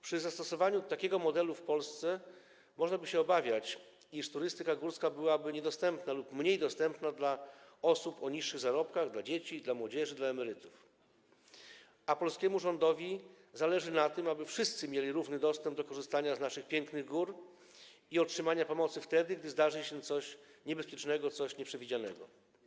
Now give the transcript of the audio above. Przy zastosowaniu takiego modelu w Polsce można by się obawiać, iż turystyka górska byłaby niedostępna lub mniej dostępna dla osób o niższych zarobkach, dla dzieci, dla młodzieży, dla emerytów, a polskiemu rządowi zależy na tym, aby wszyscy mieli równy dostęp do naszych pięknych gór i pomocy otrzymywanej wtedy, gdy zdarzy się coś niebezpiecznego, coś nieprzewidzianego.